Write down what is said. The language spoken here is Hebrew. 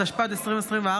התשפ"ד 2024,